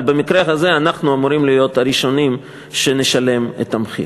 אבל במקרה הזה אנחנו אמורים להיות הראשונים שנשלם את המחיר.